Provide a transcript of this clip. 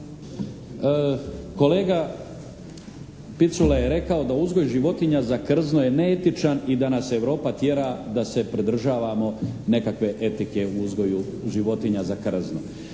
Kolega Picula je rekao da uzgoj životinja za krzno je neetičan i da nas Europa tjera da se pridržavamo nekakve etike u uzgoju životinja za krzno.